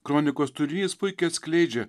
kronikos turinys puikiai atskleidžia